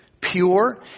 pure